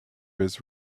his